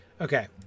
Okay